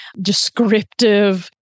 descriptive